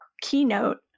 keynote